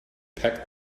packed